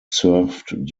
served